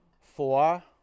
Four